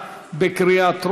(תיקון,